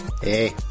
Hey